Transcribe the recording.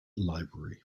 library